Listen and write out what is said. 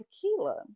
tequila